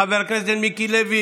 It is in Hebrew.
לא שמת לב,